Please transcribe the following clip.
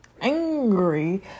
angry